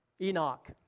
Enoch